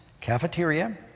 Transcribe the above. cafeteria